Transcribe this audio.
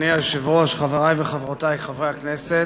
אדוני היושב-ראש, חברי וחברותי חברי הכנסת,